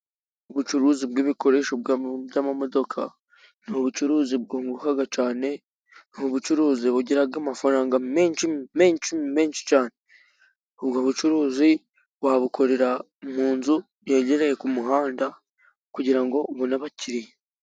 Ubucuruzi bw'ibikoresho by'amamodoka, ni ubucuruzi bwunguka cyane， ubu bucuruzi bugira amafaranga menshi， menshi，menshi cyane. Ubwo bucuruzi wabukorera mu nzu yegereye ku kumuhanda， kugira ngo ubone abakiriya.